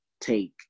take